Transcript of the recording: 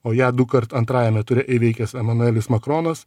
o ją dukart antrajame ture įveikęs emanuelis makronas